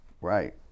Right